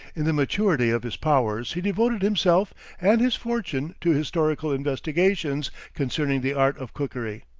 in the maturity of his powers he devoted himself and his fortune to historical investigations concerning the art of cookery.